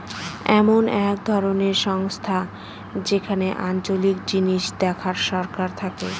এমন এক ধরনের সংস্থা যেখানে আঞ্চলিক জিনিস দেখার সরকার থাকে